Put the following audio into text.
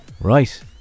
right